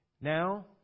Now